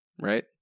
right